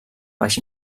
baix